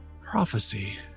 prophecy